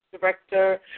director